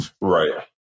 Right